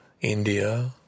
India